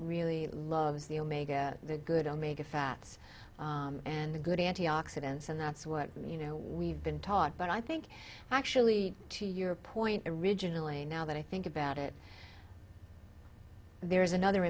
really loves the omega the good omega fats and the good antioxidants and that's what you know we've been taught but i think actually to your point originally now that i think about it there is another